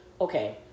okay